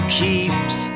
keeps